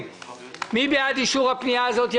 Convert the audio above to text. מי בעד אישור ההודעה הזאת?